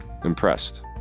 impressed